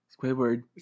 Squidward